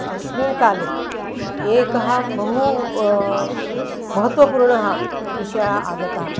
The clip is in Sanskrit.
अस्मिन् काले एकः बहु महत्त्वपूर्णः विषयः आगतः